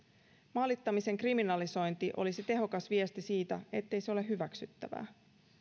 maalittamisen kriminalisointi olisi tehokas viesti siitä ettei se ole hyväksyttävää